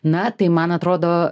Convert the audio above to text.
na tai man atrodo